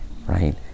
Right